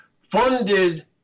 funded